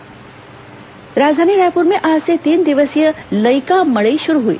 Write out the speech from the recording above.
लईका मड़ई राजधानी रायपुर में आज से तीन दिवसीय लईका मड़ई शुरू हुई